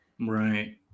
Right